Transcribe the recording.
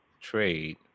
trade